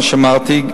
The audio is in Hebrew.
כפי שאמרתי,